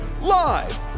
Live